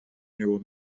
nieuwe